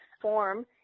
form